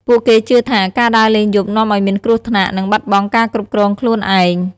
ពួកគេជឿថា ការដើរលេងយប់នាំឱ្យមានគ្រោះថ្នាក់ និងបាត់បង់ការគ្រប់គ្រងខ្លួនឯង។